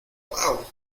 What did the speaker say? uau